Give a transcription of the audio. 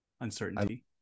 Uncertainty